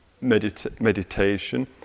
meditation